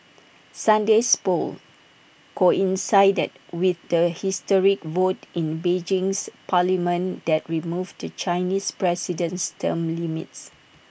Sunday's polls coincided with the historic vote in Beijing's parliament that removed the Chinese president's term limits